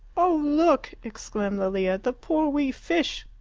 oh, look! exclaimed lilia, the poor wee fish!